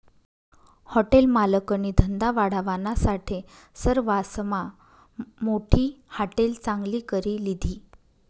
hotel मालकनी धंदा वाढावानासाठे सरवासमा मोठी हाटेल चांगली करी लिधी